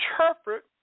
interpret